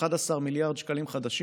11 מיליארד שקלים חדשים,